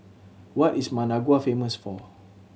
what is Managua famous for